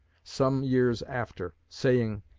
some years after, saying,